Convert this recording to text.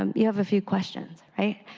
um you have a few questions, right?